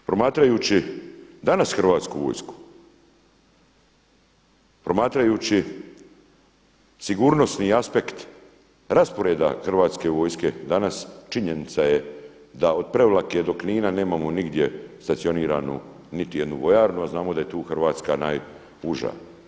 Promatrajući danas hrvatsku vojsku promatrajući sigurnosti aspekt rasporeda hrvatske vojske danas, činjenica je da od Prevlake do Knina nemamo nigdje stacioniranu niti jednu vojarnu, a znamo da je tu Hrvatska najuža.